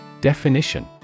Definition